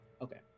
okay